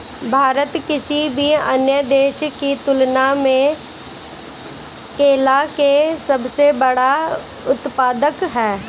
भारत किसी भी अन्य देश की तुलना में केला के सबसे बड़ा उत्पादक ह